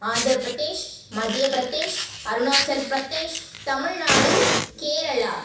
Andhra Pradesh Madhya Pradesh Arunachal Pradesh Tamil Nadu Kerala